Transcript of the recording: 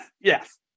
yes